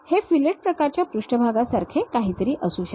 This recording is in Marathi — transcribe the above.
हे फिलेट प्रकारच्या पृष्ठभागांसारखे काहीतरी असू शकते